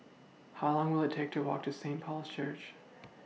How Long Will IT Take to Walk to Saint Paul's Church